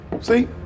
See